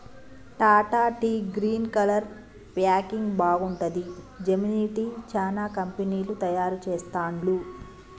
Tata tea green colour packing బాగుంటది, Gemini tea, చానా కంపెనీలు తయారు చెస్తాండ్లు